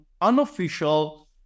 unofficial